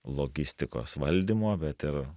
logistikos valdymo bet ir